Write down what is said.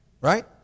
right